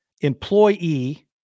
employee